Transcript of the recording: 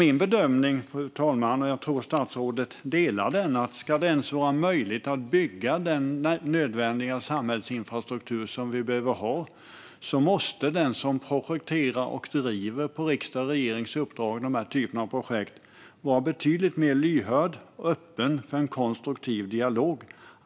Min bedömning, som jag tror statsrådet delar, är att om det ens ska vara möjligt att bygga nödvändig samhällsinfrastruktur - sådan som vi behöver ha - måste den som projekterar och driver sådant på riksdagens och regeringens uppdrag vara betydligt mer lyhörd och öppen för en konstruktiv dialog.